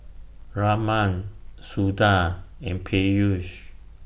Raman Suda and Peyush